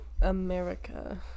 America